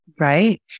Right